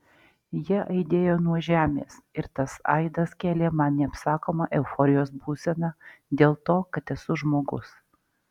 jie aidėjo nuo žemės ir tas aidas kėlė man neapsakomą euforijos būseną dėl to kad esu žmogus